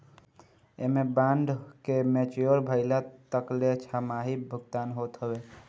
एमे बांड के मेच्योर भइला तकले छमाही भुगतान होत हवे